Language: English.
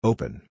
Open